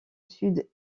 sud